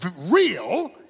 real